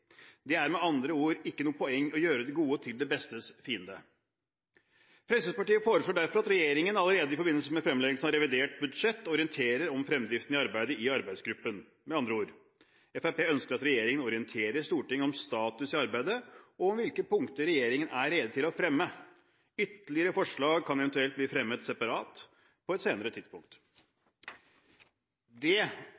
Det er med andre ord ikke noe poeng å gjøre det gode til det bestes fiende. Fremskrittspartiet foreslår derfor at regjeringen allerede i forbindelse med fremleggelsen av revidert budsjett orienterer om fremdriften i arbeidet i arbeidsgruppen. Med andre ord: Fremskrittspartiet ønsker at regjeringen orienterer Stortinget om status i arbeidet og om hvilke punkter regjeringen er rede til å fremme. Ytterligere forslag kan eventuelt bli fremmet separat på et senere tidspunkt.